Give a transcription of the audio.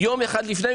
יום אחד לפני,